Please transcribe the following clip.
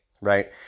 right